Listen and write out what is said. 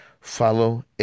Follow